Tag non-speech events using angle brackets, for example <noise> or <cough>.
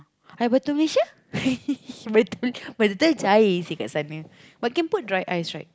air batu malaysia <laughs> by t~ by the time cair seh kat sana but can put dry ice right